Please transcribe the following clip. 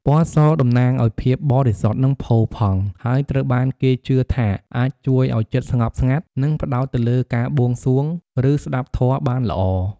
ពណ៌សតំណាងឱ្យភាពបរិសុទ្ធ និងផូរផង់ ហើយត្រូវបានគេជឿថាអាចជួយឱ្យចិត្តស្ងប់ស្ងាត់ និងផ្ដោតទៅលើការបួងសួង ឬស្ដាប់ធម៌បានល្អ។